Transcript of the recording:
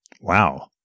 Wow